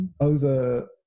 Over